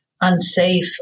unsafe